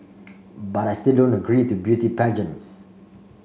but I still don't agree to beauty pageants